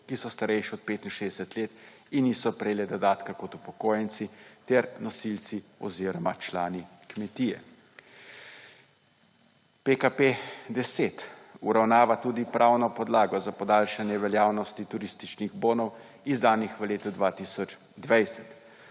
ki so starejše od 65 let in niso prejele dodatka kot upokojenci, ter nosilci oziroma člani kmetije. PKP10 uravnava tudi pravno podlago za podaljšanje veljavnosti turističnih bonov izdanih v letu 2020.